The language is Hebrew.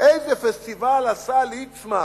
איזה פסטיבל עשה ליצמן.